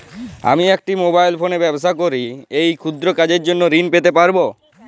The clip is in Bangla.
আমি একটি মোবাইল ফোনে ব্যবসা করি এই ক্ষুদ্র কাজের জন্য ঋণ পেতে পারব?